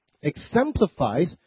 exemplifies